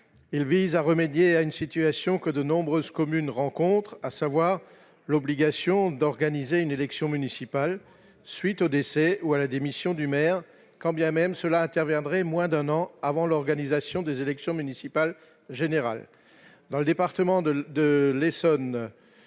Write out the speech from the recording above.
il vise à remédier à une situation que de nombreuses communes rencontrent, à savoir l'obligation d'organiser une élection municipale, suite au décès ou à la démission du maire, quand bien même cela interviendrait moins d'un an avant l'organisation des élections municipales générales dans le département de l'Essonne,